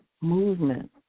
movement